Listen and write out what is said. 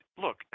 Look